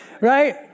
right